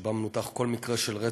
שבה מנותח כל מקרה של רצח,